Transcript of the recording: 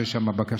שיש שם בקשות.